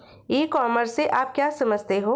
ई commerce से आप क्या समझते हो?